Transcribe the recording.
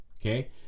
Okay